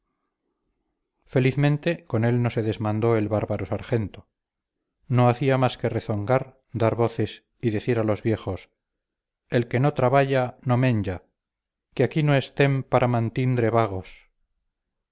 felizmente con él no se desmandó el bárbaro sargento no hacía más que rezongar dar voces y decir a los viejos el que no traballa no menja que aquí no estem para